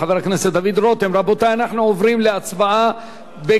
רבותי, אנחנו עוברים להצבעה בקריאה שנייה.